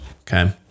Okay